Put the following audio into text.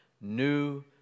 new